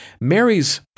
Mary's